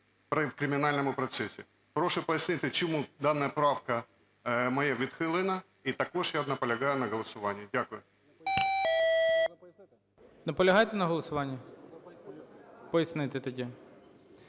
Прошу пояснити, чому дана правка моя відхилена? І також я наполягаю на голосуванні. Дякую.